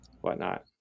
whatnot